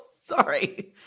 Sorry